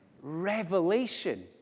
revelation